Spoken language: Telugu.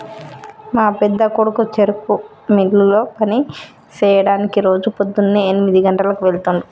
మా పెద్దకొడుకు చెరుకు మిల్లులో పని సెయ్యడానికి రోజు పోద్దున్నే ఎనిమిది గంటలకు వెళ్తుండు